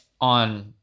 on